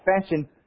fashion